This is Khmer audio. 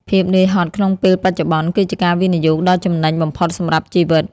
ភាពនឿយហត់ក្នុងពេលបច្ចុប្បន្ន គឺជាការវិនិយោគដ៏ចំណេញបំផុតសម្រាប់ជីវិត។